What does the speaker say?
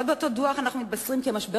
באותו דוח אנחנו מתבשרים עוד כי המשבר